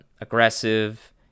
aggressive